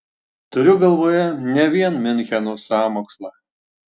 turiu galvoje ne vien miuncheno sąmokslą